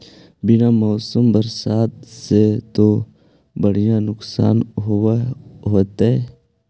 बिन मौसम बरसतबा से तो बढ़िया नुक्सान होब होतै?